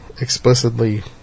explicitly